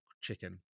Chicken